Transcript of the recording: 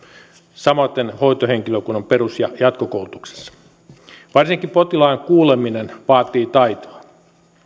samaten hoitohenkilökunnan perus ja jatkokoulutuksessa varsinkin potilaan kuuleminen vaatii taitoa